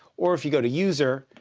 or if you go to user,